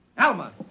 Alma